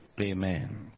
Amen